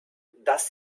dass